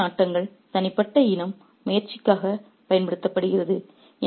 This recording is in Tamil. தனிப்பட்ட நாட்டங்கள் தனிப்பட்ட இன்பம் முயற்சிகளுக்குப் பயன்படுத்தப்பட்டது